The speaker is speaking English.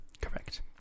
Correct